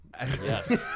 Yes